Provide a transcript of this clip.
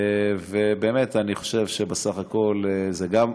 ובאמת, אני חושב שבסך הכול, גם,